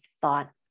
thought